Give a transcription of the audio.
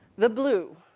the blue